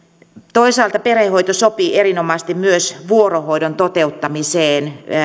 toisaalta perhehoito sopii erinomaisesti myös vuorohoidon toteuttamiseen